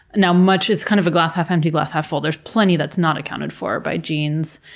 now, much is kind of a glass half-empty, glass half-full. there's plenty that's not accounted for by genes.